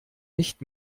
nicht